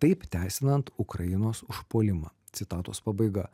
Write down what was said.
taip teisinant ukrainos užpuolimą citatos pabaiga